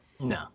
No